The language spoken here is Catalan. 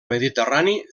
mediterrani